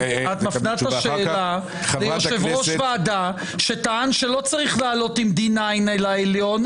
את מפנה את השאלה ליושב-ראש ועדה שטען שלא צריך לעלות עם D9 על העליון,